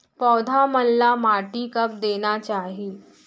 पौधा मन ला माटी कब देना चाही?